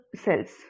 cells